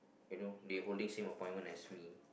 you know they holding same appointment as me